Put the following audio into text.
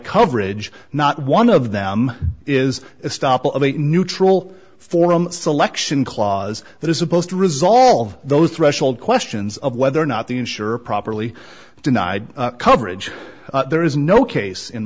coverage not one of them is a stop of a neutral forum selection clause that is supposed to resolve those threshold questions of whether or not the insurer properly denied coverage there is no case in